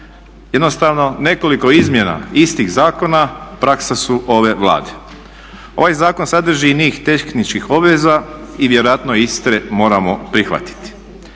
Jednostavno nekoliko izmjena istih zakona praksa su ove Vlade. Ovaj zakon sadrži i niz tehničkih obveza i vjerojatno iste moramo prihvatiti.